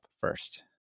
first